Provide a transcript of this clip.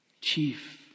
chief